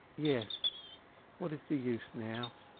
yes what is the use now?